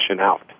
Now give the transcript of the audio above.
out